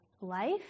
life